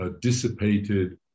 dissipated